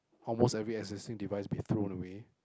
almost every existing device be thrown away